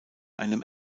einem